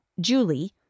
Julie